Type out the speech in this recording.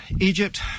egypt